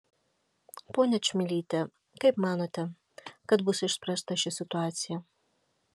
ponia čmilyte kaip manote kad bus išspręsta ši situacija